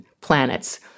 planets